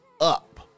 up